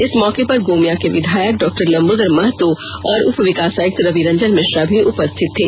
इस मौके पर गोमिया के विधायक डॉक्टर लंबोदर महतो और उप विकास आयुक्त रवि रंजन मिश्रा भी उपस्थित थे